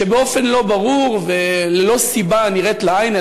באופן לא ברור וללא סיבה הנראית לעין,